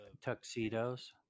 tuxedos